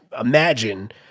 imagine